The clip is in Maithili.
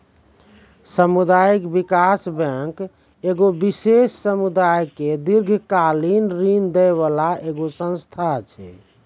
समुदायिक विकास बैंक एगो विशेष समुदाय के दीर्घकालिन ऋण दै बाला एगो संस्था छै